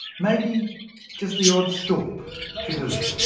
maybe just the odd stork for deliveries